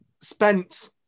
spent